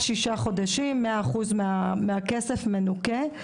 עד שישה חודשים מאה אחוז מהכסף מנוכה.